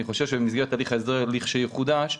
אני חשוב שבמסגרת הליך ההסדר כאשר יחודש,